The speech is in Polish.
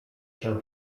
się